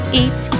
eat